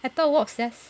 I thought wasps just